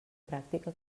pràctica